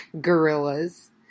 Gorillas